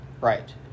right